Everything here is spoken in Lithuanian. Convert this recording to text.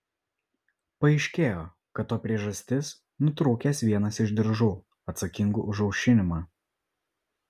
paaiškėjo kad to priežastis nutrūkęs vienas iš diržų atsakingų už aušinimą